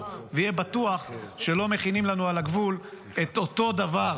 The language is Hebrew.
ויהיה בטוח שלא מכינים לנו על הגבול את אותו דבר